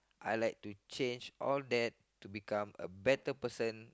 I like to change all that to become a better person